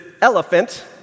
elephant